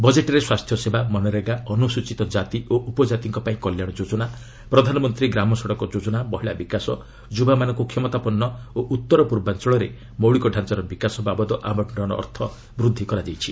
ବଜେଟ୍ରେ ସ୍ୱାସ୍ଥ୍ୟସେବା ମନରେଗା ଅନୁସୂଚିତ କାତି ଓ ଉପଜାତିଙ୍କ ପାଇଁ କଲ୍ୟାଣ ଯୋଜନା ପ୍ରଧାନମନ୍ତ୍ରୀ ଗ୍ରାମ ସଡ଼କ ଯୋଜନା ମହିଳା ବିକାଶ ଯୁବାମାନଙ୍କୁ କ୍ଷମତାପନ୍ନ ଓ ଉତ୍ତର ପୂର୍ବାଞ୍ଚଳରେ ମୌଳିକ ଡାଞ୍ଚାର ବିକାଶ ବାବଦ ଆବଣ୍ଟନ ଅର୍ଥ ବୃଦ୍ଧି କରାଯାଇଛି